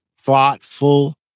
thoughtful